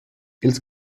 ils